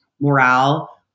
morale